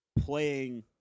playing